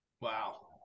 Wow